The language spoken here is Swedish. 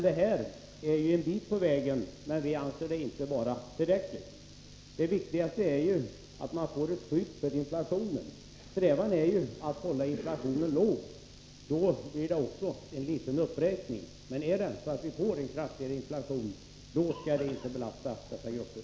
Det är en bit på vägen, men vi anser det inte vara tillräckligt. Det viktigaste är att man får ett skydd för inflationen. Strävan är ju att hålla inflationen låg, och då blir det också bara en liten uppräkning. Men får vi en kraftigare inflation skall den inte belasta dessa grupper.